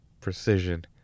precision